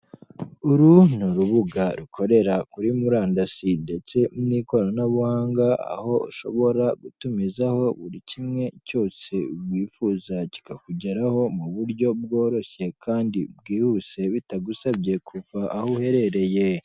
Uru ni urubuga rukorera kuri murandasi ndetse n'ikoranabuhanga, aho ushobora gutumizaho buri kimwe cyose wifuza kikakugeraho mu buryo bworoshye kandi bwihuse bitagusabye kuva aho uherereye.